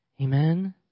Amen